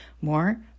more